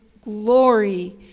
glory